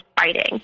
fighting